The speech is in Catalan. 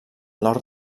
nord